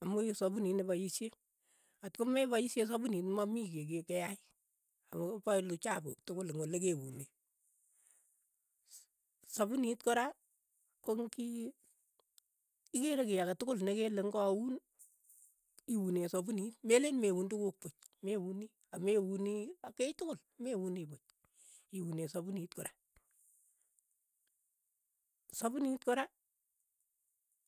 amu iin sapunit ne paishe, atkomepaishe sapuniit, komamii kiy ke- keaai, kopalu chapuuk tukul eng' ole keunee, sapunit kora ko ng'i ikeere kiy ake tokol nekele ngauun, iunee sapunit, meleen meuun tukuk puuch, meunii, ak meunii ak kiy tukul, meunii iunee sapunit kora, sapunit kora.